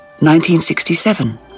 1967